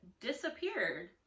disappeared